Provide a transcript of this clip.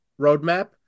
roadmap